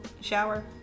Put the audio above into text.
shower